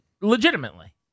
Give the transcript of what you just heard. Legitimately